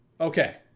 Okay